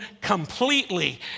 completely